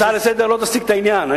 הצעה לסדר-היום לא תשיג את העניין.